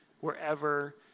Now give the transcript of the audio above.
wherever